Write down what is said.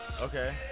Okay